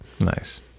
Nice